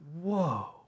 whoa